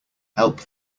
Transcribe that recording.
help